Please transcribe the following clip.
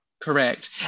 Correct